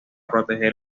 proteger